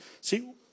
See